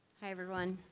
hi, everyone.